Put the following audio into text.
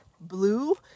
blue